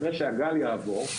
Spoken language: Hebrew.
אחרי שהגל יעבור,